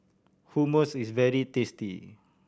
hummus is very tasty